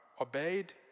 obeyed